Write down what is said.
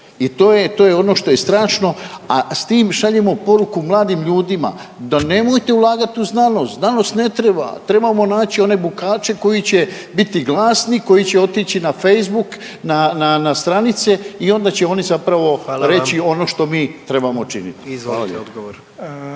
to je ono što je strašno, a s tim šaljemo poruku mladim ljudima da nemojte ulagati u znanost, znanost ne treba, trebamo naći one bukače koji će biti glasni koji će otići na Facebook na stranice i onda će oni zapravo reći …/Upadica: Hvala